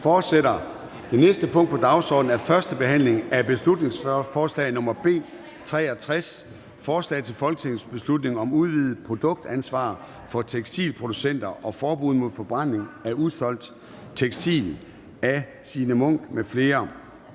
Det næste punkt på dagsordenen er: 22) 1. behandling af beslutningsforslag nr. B 63: Forslag til folketingsbeslutning om udvidet producentansvar for tekstilproducenter og forbud mod forbrænding af usolgt tekstil. Af Signe Munk (SF) m.fl.